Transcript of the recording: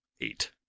eight